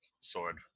sword